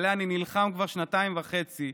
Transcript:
שעליה אני נלחם כבר שנתיים וחצי,